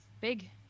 Big